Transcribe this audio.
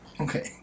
Okay